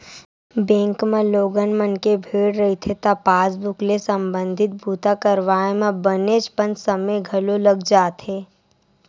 bank म लोगन मन के भीड़ रहिथे त पासबूक ले संबंधित बूता करवाए म बनेचपन समे घलो लाग जाथे